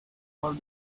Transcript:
for